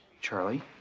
Charlie